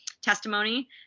testimony